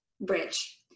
bridge